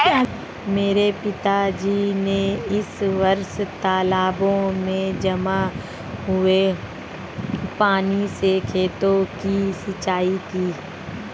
मेरे पिताजी ने इस वर्ष तालाबों में जमा हुए पानी से खेतों की सिंचाई की